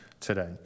today